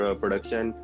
production